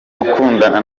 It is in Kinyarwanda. gukundana